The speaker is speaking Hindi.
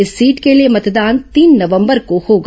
इस सीट के लिए मतदान तीन नवंबर को होगा